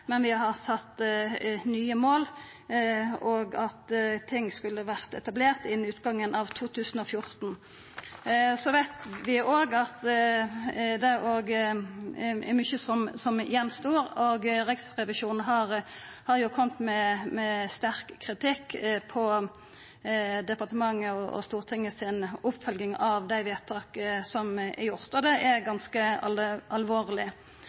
men vi har sett nye mål, og ting skulle vera etablerte innan utgangen av 2014. Vi veit òg at det er mykje som står igjen, og Riksrevisjonen har kome med sterk kritikk når det gjeld departementet og Stortinget si oppfølging av det vedtaket som er gjort. Det er ganske alvorleg.